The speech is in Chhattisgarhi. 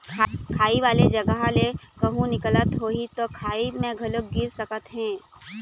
खाई वाले जघा ले कहूँ निकलत होही त खाई म घलोक गिर सकत हे